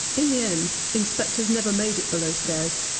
in the end, inspectors never made it below stairs,